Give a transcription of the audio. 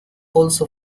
also